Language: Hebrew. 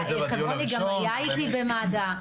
חברוני גם היה איתי במד"א,